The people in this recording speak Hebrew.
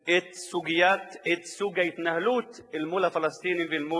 את סוג ההתנהלות אל מול הפלסטינים ואל מול